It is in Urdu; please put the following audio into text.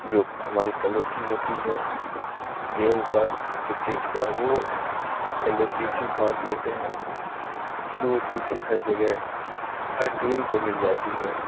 جو ہماری کمیٹی ہوتی ہے گیم کا کرکٹ کا وہ پہلے ٹی سی بانٹ دیتے ہیں پھر وہ ٹی سی ہر جگہ ہر ٹیم کو مل جاتی ہے